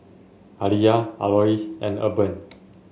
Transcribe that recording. Aliyah Alois and Urban